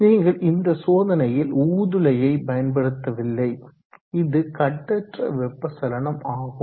நீங்கள் இந்த சோதனையில் ஊதுலையை பயன்படுத்தவில்லை இது கட்டற்ற வெப்ப சலனம் ஆகும்